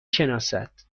شناسد